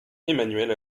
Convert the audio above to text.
emanuel